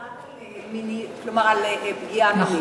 רק על פגיעה מינית.